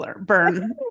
burn